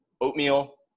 oatmeal